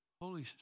Holy